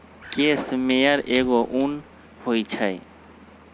case mayor एगो उन होई छई